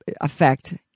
Affect